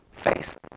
face